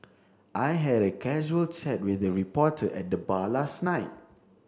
I had a casual chat with a reporter at the bar last night